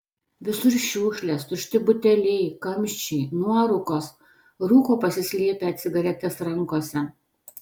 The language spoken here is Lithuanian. visur šiukšlės tušti buteliai kamščiai nuorūkos rūko pasislėpę cigaretes rankose